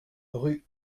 rue